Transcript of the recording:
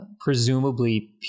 presumably